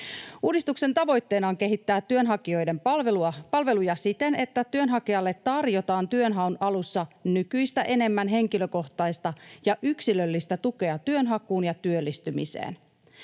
Uudistuksen tavoitteena on kehittää työnhakijoiden palveluja siten, että työnhakijalle tarjotaan työnhaun alussa nykyistä enemmän henkilökohtaista ja yksilöllistä tukea työnhakuun ja työllistymiseen.